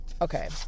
Okay